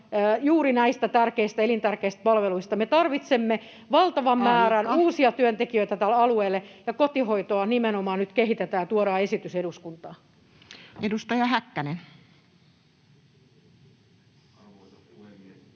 juuri näistä tärkeistä, elintärkeistä, palveluista. Me tarvitsemme valtavan määrän [Puhemies: Aika!] uusia työntekijöitä tälle alueelle, ja kotihoitoa nimenomaan nyt kehitetään ja tuodaan esitys eduskuntaan. [Speech 52] Speaker: Ensimmäinen